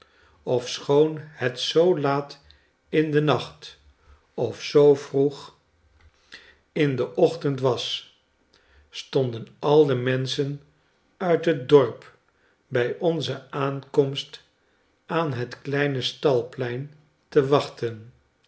ofschoon het zoo laat in den nacht of zoo vroeg in den ochtend was stonden al de menschen uit het dorp bij onze aankomst aan het kleine stalplein te wachten